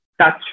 touch